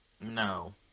No